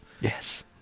Yes